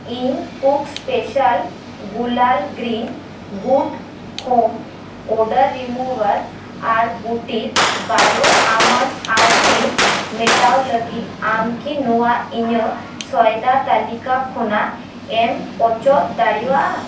ᱤᱧ ᱠᱩᱠ ᱥᱯᱮᱥᱟᱞ ᱜᱩᱞᱟᱞ green good home odour remover ᱟᱨ boutique bio almond eye cream ᱢᱮᱴᱟᱣ ᱞᱟᱹᱜᱤᱫ ᱟᱢᱠᱤ ᱱᱚᱣᱟ ᱤᱧᱟᱹᱜ ᱥᱚᱭᱫᱟ ᱛᱟᱞᱤᱠᱟ ᱠᱷᱚᱱᱟᱜ ᱮᱢ ᱚᱪᱚᱜ ᱫᱟᱲᱤᱭᱟᱜᱼᱟ